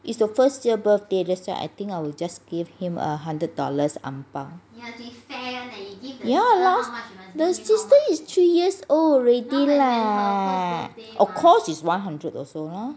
it's the first year birthday that's why I think I will just give him a hundred dollars ang bao ya the sister is three years old already leh of course is one hundred also lah